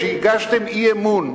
כשהגשתם אי-אמון,